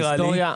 נראה לי,